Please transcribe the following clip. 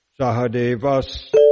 Sahadevas